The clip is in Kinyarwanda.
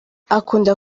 akunda